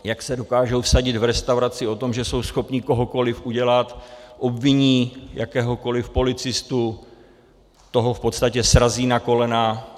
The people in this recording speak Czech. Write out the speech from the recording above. Jak se dokážou vsadit v restauraci o tom, že jsou schopni kohokoliv udělat, obviní jakéhokoliv policistu, toho v podstatě srazí na kolena.